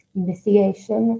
investigation